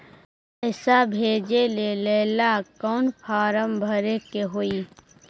पैसा भेजे लेल कौन फार्म भरे के होई?